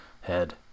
head